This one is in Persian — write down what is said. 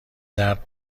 درد